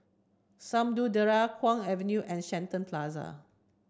Samudera Kwong Avenue and Shenton Plaza